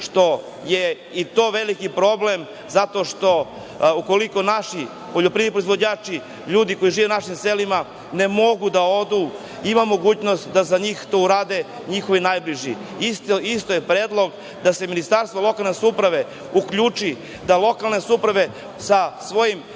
što je i to veliki problem zato što, ukoliko naši poljoprivredni proizvođači, ljudi koji žive u našim selima, ne mogu da odu, imaju mogućnost da za njih to urade njihovi najbliži. Isti je predlog da se Ministarstvo lokalne samouprave uključi, da lokalne samouprave sa svojim